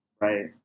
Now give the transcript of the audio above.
Right